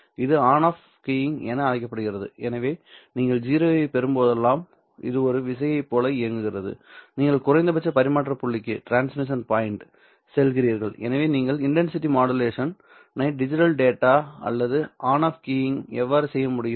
இது on off keying என அழைக்கப்படுகிறது எனவே நீங்கள் 0 ஐப் பெறும்போதெல்லாம் இது ஒரு விசையைப் போல இயங்குகிறது நீங்கள் குறைந்தபட்ச பரிமாற்ற புள்ளிக்குச் செல்கிறீர்கள் எனவே நீங்கள் இன்டன்சிட்டி மாடுலேஷன் ஐ டிஜிட்டல் டேட்டா அல்லது ஆன் ஆஃப் கீயிங் எவ்வாறு செய்ய முடியும்